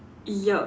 yup